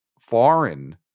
foreign